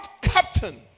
captain